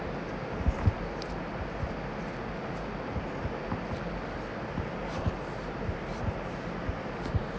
right uh like